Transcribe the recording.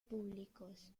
públicos